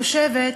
חושבת,